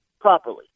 properly